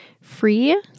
free